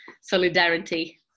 solidarity